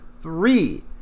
three